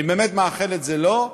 אני באמת מאחל את זה לו,